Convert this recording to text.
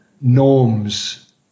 norms